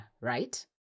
right